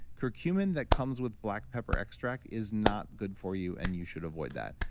curcumin that comes with black pepper extract is not good for you, and you should avoid that.